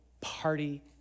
party